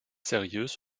seriös